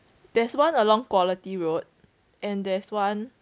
there's one along quality road and there's one